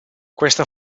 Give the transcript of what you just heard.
questa